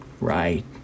Right